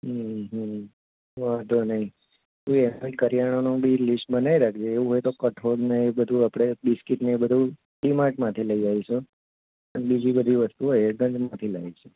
હમ હમ વાંધો નહીં તું એનુંય કરિયાણાનું બી લિસ્ટ બનાવી રાખજે એવું હોય તો કઠોળ ને એવું બધું આપણે બિસ્કિટ ને એ બધું ડી માર્ટમાંથી લઈ આવીશું અન બીજી બધી વસ્તુઓ હોય એ ગંજમાંથી લાવીશું